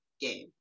game